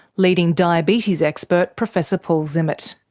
leading diabetes expert professor paul zimmet.